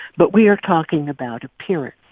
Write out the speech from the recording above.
but we are talking about appearance.